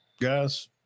Guys